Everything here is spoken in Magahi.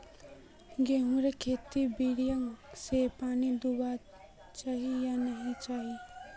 गेँहूर खेतोत बोरिंग से पानी दुबा चही या नी चही?